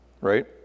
right